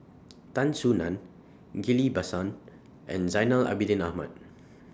Tan Soo NAN Ghillie BaSan and Zainal Abidin Ahmad